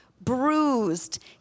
bruised